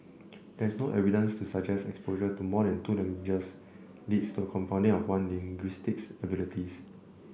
there is no evidence to suggest exposure to more than two languages leads to a confounding of one's linguistic abilities